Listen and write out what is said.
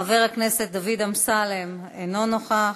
חבר הכנסת דוד אמסלם, אינו נוכח.